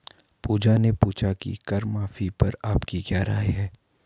पूजा ने पूछा कि कर माफी पर आपकी क्या राय है?